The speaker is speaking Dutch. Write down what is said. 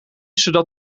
zodat